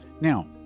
Now